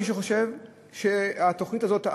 מי שחושב שהתוכנית הזאת,